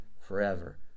forever